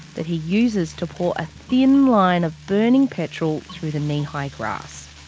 that he uses to pour a thin line of burning petrol through the knee-high grass.